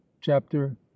chapter